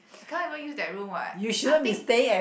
I can't even use that room what I think